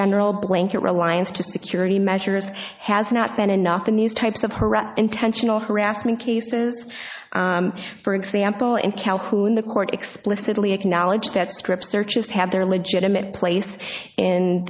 general blanket reliance to security measures has not been enough in these types of harat intentional harassment cases for example in calhoun the court explicitly acknowledge that strip searches have their legitimate place in